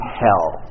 hell